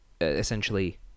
essentially